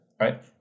right